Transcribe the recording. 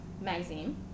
Magazine